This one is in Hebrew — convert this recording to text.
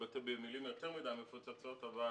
להתבטא במילים יותר מדי מפוצצות אבל